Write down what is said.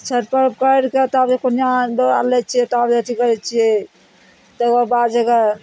छैठ पर्व करि कऽ तब ई कोनियाँ दौड़ा लै छियै तब अथी करय छियै तकर बाद जकर